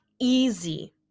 easy